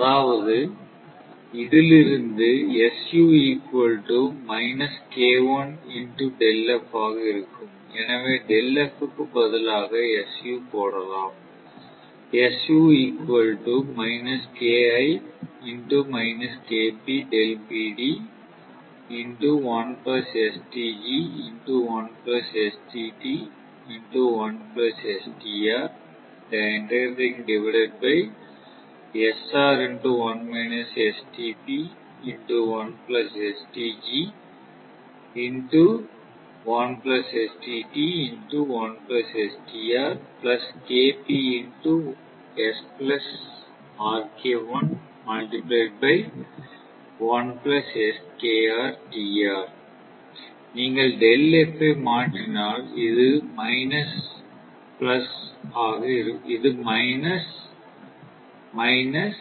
அதாவது இதிலிருந்து ஆக இருக்கும் எனவே ΔF க்கு பதிலாக su போடலாம் நீங்கள் ΔF ஐ மாற்றினால் இது மைனஸ் மைனஸ்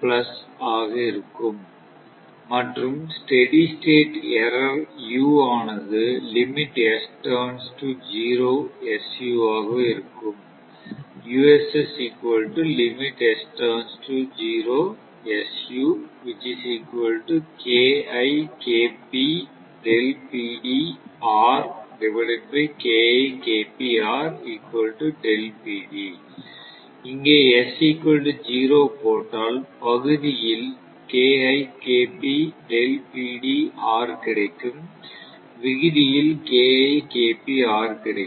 பிளஸ் ஆக இருக்கும் மற்றும் ஸ்டெடி ஸ்டேட் எரர் U ஆனது limit s turns to zero su ஆக இருக்கும் இங்கே s0 போட்டால் பகுதியில் கிடைக்கும் விகுதியில் கிடைக்கும்